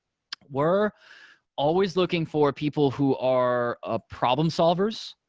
we're always looking for people who are ah problem solvers,